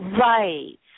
Right